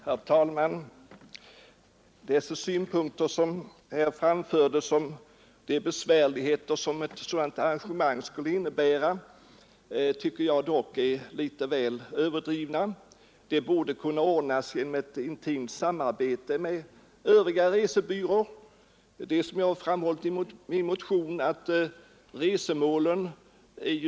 Herr talman! De synpunkter som här framförts om de besvärligheter som skulle vara förenade med ett sådant arrangemang tycker jag är litet överdrivna. Det borde kunna ordnas ett intimt samarbete med övriga resebyråer. Resemålen är, som jag framhållit i min motion, starkt koncentrerade.